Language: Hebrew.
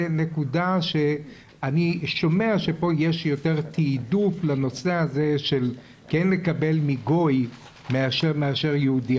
נקודה שאני שומע שיש פה יותר תיעדוף לנושא של כן לקבל מגוי מאשר יהודי.